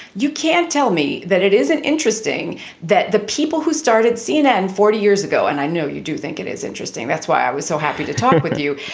you can't tell me that it is an interesting that the people who started cnn forty years ago, and i know you do think it is interesting. that's why i was so happy to talk with you.